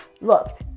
look